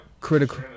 critical